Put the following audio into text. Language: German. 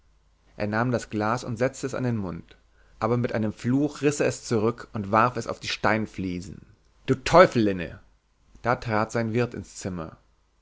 er nahm das glas und setzte es an den mund aber mit einem fluch riß er es zurück und warf es auf die steinfliesen du teufelinne da trat sein wirt ins zimmer